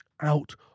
out